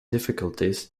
difficulties